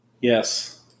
Yes